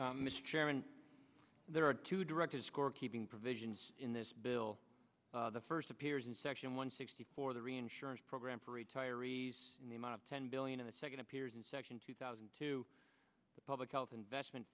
chairman there are two directors scorekeeping provisions in this bill the first appears in section one sixty four the reinsurance program for retirees the amount of ten billion in the second appears in section two thousand to the public health investment